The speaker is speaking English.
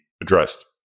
addressed